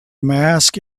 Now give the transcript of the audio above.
mask